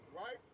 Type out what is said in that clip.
right